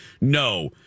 no